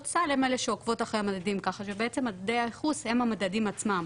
הסל הן אלו שעוקבות אחרי המדדים ככה שבעצם מדדי הייחוס הם המדדים עצמם.